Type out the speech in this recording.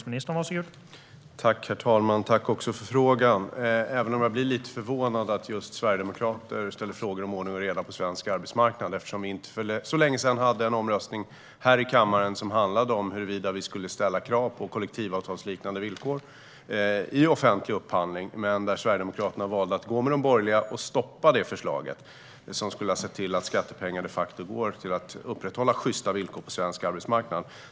Herr talman! Tack för frågan, även om jag blir lite förvånad över att just sverigedemokrater ställer frågor om ordning och reda på svensk arbetsmarknad. Vi hade för inte så länge sedan en omröstning här i kammaren som handlade om huruvida vi skulle ställa krav på kollektivavtalsliknande villkor i offentlig upphandling. Där valde Sverigedemokraterna att gå med de borgerliga och stoppa förslaget. Det skulle ha sett till att skattepengar de facto går till upprätthålla sjysta villkor på svensk arbetsmarknad.